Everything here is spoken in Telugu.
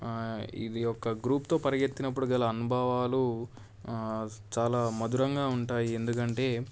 ఇది ఒక గ్రూప్తో పరుగెత్తినప్పుడు గల అనుభవాలు చాలా మధురంగా ఉంటాయి ఎందుకంటే